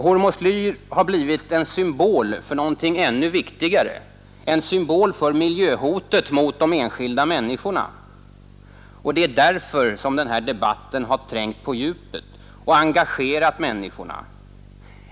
Hormoslyr har blivit en symbol för något ännu viktigare, en symbol för miljöhotet mot de enskilda människorna. Det är därför som den här debatten har trängt på djupet och engagerat människorna.